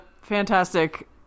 fantastic